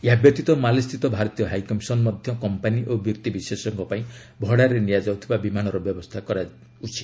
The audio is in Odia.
ଏହା ବ୍ୟତୀତ ମାଲେସ୍ଥିତ ଭାରତୀୟ ହାଇକମିଶନ ମଧ୍ୟ କମ୍ପାନୀ ଓ ବ୍ୟକ୍ତିବିଶେଷଙ୍କ ପାଇଁ ଭଡ଼ାରେ ନିଆଯାଉଥିବା ବିମାନର ବ୍ୟବସ୍ଥା କରାଉଛି